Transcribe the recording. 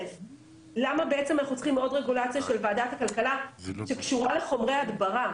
למה אנחנו צריכים עוד רגולציה של ועדת כלכלה שקשורה לחומרי הדברה?